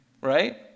right